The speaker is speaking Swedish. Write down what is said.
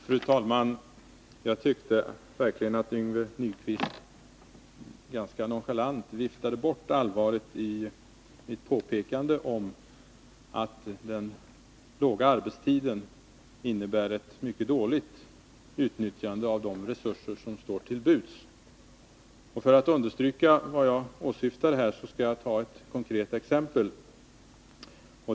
Fru talman! Jag tyckte verkligen att Yngve Nyquist ganska nonchalant viftade bort allvaret i mitt påpekande om att den korta arbetstiden innebär ett mycket dåligt utnyttjande av de resurser som står till buds. Och för att understryka vad jag åsyftar skall jag ta ett konkret exempel.